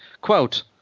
Quote